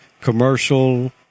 commercial